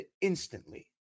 instantly